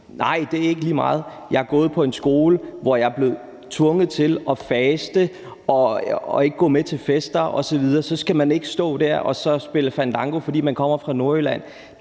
Nej, det er ikke lige meget. Jeg har gået på en skole, hvor jeg blev tvunget til at faste og til ikke at gå med til fester osv., og så skal man ikke stå der og spille fandango, fordi man kommer fra Nordjylland.